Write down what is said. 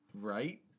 right